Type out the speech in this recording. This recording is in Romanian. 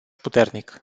puternic